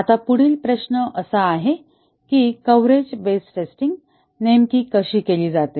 आता पुढील प्रश्न असा आहे की कव्हरेज बेस्ड टेस्टिंग नेमकी कशी केली जाते